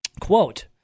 Quote